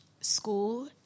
school